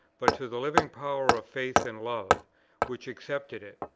but to the living power of faith and love which accepted it.